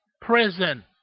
prison